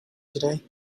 today